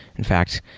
in fact,